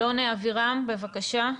אלון אבירם, בבקשה.